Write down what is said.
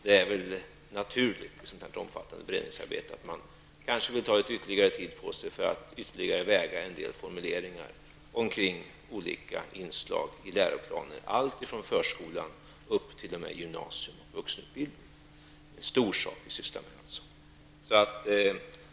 Det är väl naturligt i ett sådant här omfattande beredningsarbete att man kanske vill ta litet ytterligare tid på sig för att ytterligare väga en del formuleringar om olika inslag i läroplanen, alltifrån förskolan och upp t.o.m. gymnasium och vuxenutbildning. Det är en stor uppgift som vi skall genomföra.